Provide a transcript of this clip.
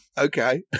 Okay